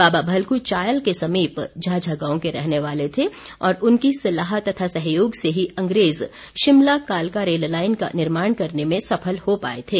बाबा भलकु चायल के समीप झाझा गांव के रहने वाले थे और उनकी सलाह तथा सहयोग से ही अंग्रेज़ शिमला कालका रेल लाइन का निर्माण करने में सफल हो पाए थे